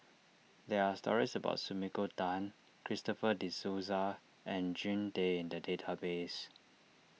there are stories about Sumiko Tan Christopher De Souza and Jean Tay in the database